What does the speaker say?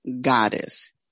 goddess